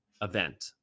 event